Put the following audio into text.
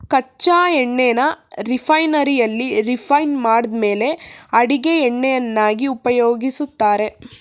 ಕಚ್ಚಾ ಎಣ್ಣೆನ ರಿಫೈನರಿಯಲ್ಲಿ ರಿಫೈಂಡ್ ಮಾಡಿದ್ಮೇಲೆ ಅಡಿಗೆ ಎಣ್ಣೆಯನ್ನಾಗಿ ಉಪಯೋಗಿಸ್ತಾರೆ